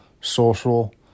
social